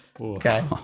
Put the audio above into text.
Okay